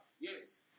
Yes